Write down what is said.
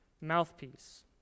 mouthpiece